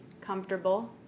comfortable